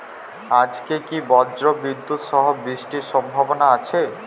আজকে কি ব্রর্জবিদুৎ সহ বৃষ্টির সম্ভাবনা আছে?